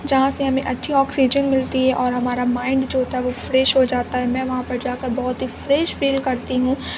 جہاں سے ہمیں اچھی آکسیجن ملتی ہے اور ہمارا مائنڈ جو ہوتا ہے وہ فریش ہو جاتا ہے میں وہاں پر جا کر بہت ہی فریش فیل کرتی ہوں